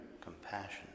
compassion